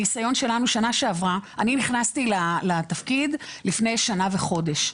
אני נכנסתי לתפקיד לפני שנה וחודש.